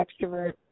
extrovert